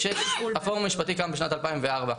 הפורום המשטרתי קם בשנת 2004,